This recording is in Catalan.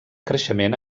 creixement